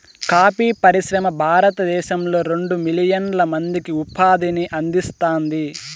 coffee పరిశ్రమ భారతదేశంలో రెండు మిలియన్ల మందికి ఉపాధిని అందిస్తాంది